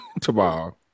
tomorrow